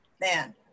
Man